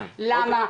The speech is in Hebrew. למה?